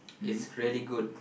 is really good